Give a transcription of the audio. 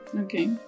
Okay